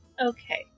Okay